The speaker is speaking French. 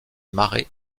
marais